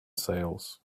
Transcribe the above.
sails